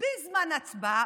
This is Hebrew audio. בזמן הצבעה,